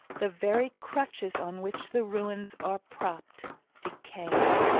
the very crutches on which the ruins are propped decaying.